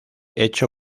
hecho